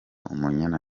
umunyana